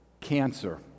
cancer